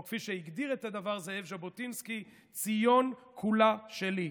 או כפי שהגדיר את הדבר זאב ז'בוטינסקי: ציון כולה שלי.